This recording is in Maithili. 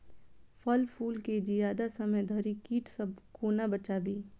फल फुल केँ जियादा समय धरि कीट सऽ कोना बचाबी?